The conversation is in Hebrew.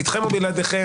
איתכם או בלעדיכם.